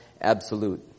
absolute